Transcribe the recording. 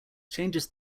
changes